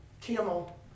camel